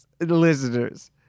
listeners